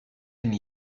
and